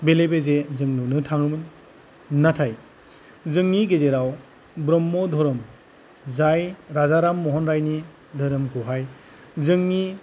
बेले बेजे जों नुनो थाङोमोन नाथाय जोंनि गेजेराव ब्रह्म धोरोम जाय राजा राम महन राइनि धोरोमखौहाय जोंनि